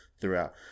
throughout